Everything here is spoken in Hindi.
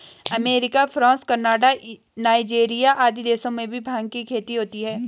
अमेरिका, फ्रांस, कनाडा, नाइजीरिया आदि देशों में भी भाँग की खेती होती है